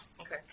Okay